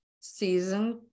season